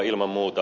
ilman muuta